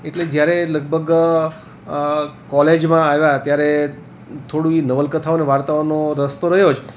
એટલે જ્યારે લગભગ કોલેજમાં આવ્યાં ત્યારે થોડું એ નવલકથાઓને વાર્તાઓનો રસ તો રહ્યો જ